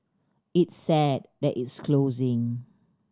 it's sad that it's closing